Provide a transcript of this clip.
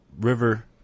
river